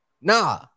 Nah